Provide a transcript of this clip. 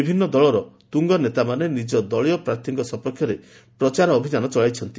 ବିଭିନ୍ନ ଦଳର ତୁଙ୍ଗ ନେତାମାନେ ନିକ ଦଳୀୟ ପ୍ରାର୍ଥୀଙ୍କ ସପକ୍ଷରେ ପ୍ରଚାର ଅଭିଯାନ ଚଳାଇଛନ୍ତି